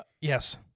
Yes